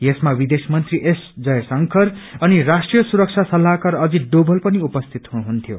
यसमा विदेश मंत्री एस जयशंकर अनि राष्ट्रीय सुरक्षा सल्लाहकार अजित डोभरल पनि उपस्थित हुनुहुन्थ्यौ